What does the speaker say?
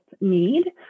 need